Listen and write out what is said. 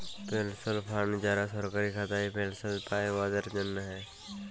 পেলশল fund যারা সরকারি খাতায় পেলশল পায়, উয়াদের জ্যনহে